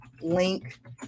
link